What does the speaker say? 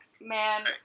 Man